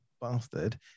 bastard